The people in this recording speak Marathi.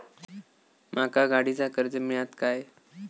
माका गाडीचा कर्ज मिळात काय?